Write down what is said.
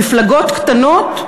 מפלגות קטנות?